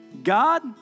God